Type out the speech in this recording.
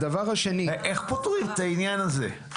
איך פותרים את העניין הזה?